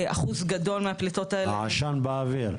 אחוז גדול מהפליטות האלה --- העשן באוויר.